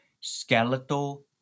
skeletal